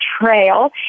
trail